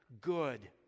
good